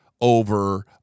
over